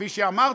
כפי שאמרתי,